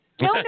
No